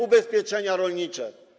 Ubezpieczenia rolnicze.